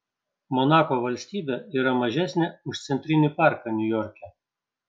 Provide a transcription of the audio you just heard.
monako valstybė yra mažesnė už centrinį parką niujorke